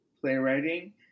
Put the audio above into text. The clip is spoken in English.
playwriting